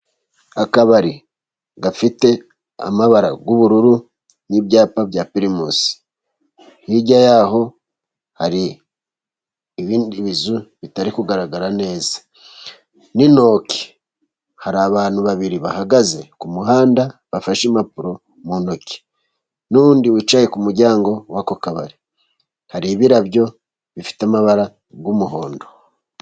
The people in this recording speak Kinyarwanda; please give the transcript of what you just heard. Akabari gafite amabara y'ubururu n'ibyapa bya pirimusi. Hirya yaho hari ibindi bizu bitari kugaragara neza n'intoke. Hari abantu babiri bahagaze ku muhanda, bafashe impapuro mu ntoki. N'undi wicaye ku muryango w'ako kabari. Hari ibirabyo bifite amabara y'umuhondo.